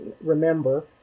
remember